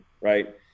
Right